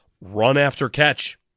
run-after-catch